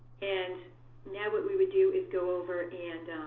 and now what we would do is go over and